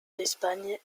d’espagne